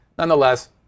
Nonetheless